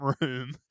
room